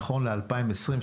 נכון ל-2023,